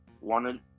wanted